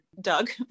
Doug